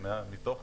מתוך